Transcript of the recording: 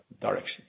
direction